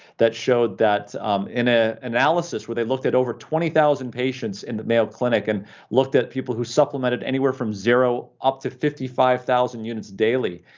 that showed that um in an ah analysis where they looked at over twenty thousand patients in the mayo clinic and looked at people who supplemented anywhere from zero up to fifty five thousand units daily,